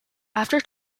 after